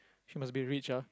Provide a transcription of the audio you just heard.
she must be rich ah